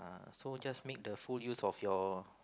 uh so just make the full use of your